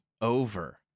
over